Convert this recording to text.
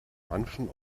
manchem